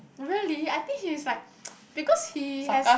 really I think he is like because he has